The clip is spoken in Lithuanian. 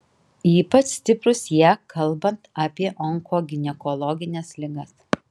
ypač stiprūs jie kalbant apie onkoginekologines ligas